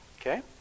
Okay